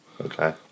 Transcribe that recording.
Okay